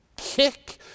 Kick